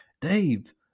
Dave